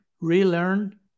relearn